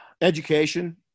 education